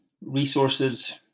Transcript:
resources